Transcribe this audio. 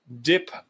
dip